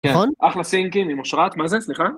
אחלה סינקים עם אושרת.. מה זה? סליחה?